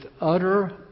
utter